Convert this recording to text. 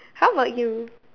how about you